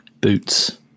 boots